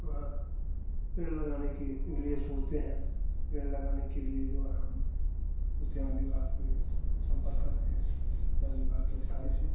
वह पेड़ लगाने के लिए सोचते हैं पेड़ लगाने के लिए जो है हम उद्यान विभाग पे संपर्क करते हैं उद्यान विभाग के अधिकारी से